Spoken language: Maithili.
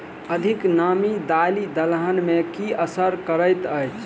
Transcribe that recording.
अधिक नामी दालि दलहन मे की असर करैत अछि?